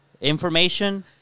information